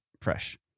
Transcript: fresh